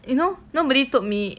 you know nobody told me